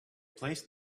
placed